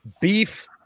beef